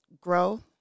grow